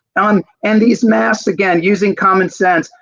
um and these mass again using common sense,